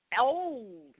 old